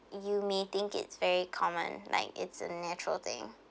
you may think it's very common like it's a natural thing